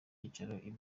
icyicaro